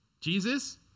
Jesus